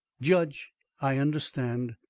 judge i understand.